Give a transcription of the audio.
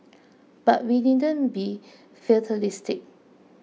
but we needn't be fatalistic